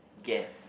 guess